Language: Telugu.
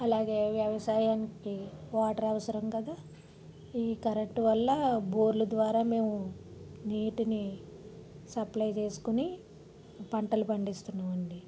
అలాగే వ్యవసాయానికి వాటర్ అవసరం కదా ఈ కరెంటు వల్ల బోర్లు ద్వారా మేము నీటిని సప్లై చేసుకుని పంటలు పండిస్తున్నాము అండి